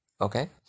Okay